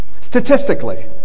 Statistically